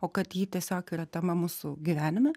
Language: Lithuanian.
o kad ji tiesiog yra tema mūsų gyvenime